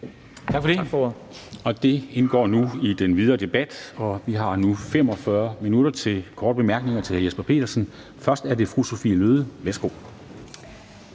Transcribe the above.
Tak for det. Og det indgår nu i den videre debat. Vi har nu 45 minutter til korte bemærkninger til hr. Jesper Petersen. Først er det fru Sophie Løhde. Værsgo.